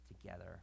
together